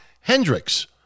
Hendricks